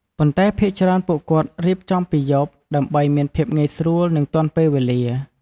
ប៉ុន្តែភាគច្រើនពួកគាត់រៀបចំពីយប់ ដើម្បីមានភាពងាយស្រួលនិងទាន់ពេលវេលា។